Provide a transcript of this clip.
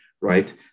right